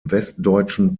westdeutschen